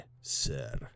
sir